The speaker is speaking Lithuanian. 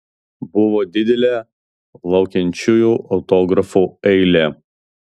buvo didelė laukiančiųjų autografų eilė